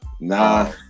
Nah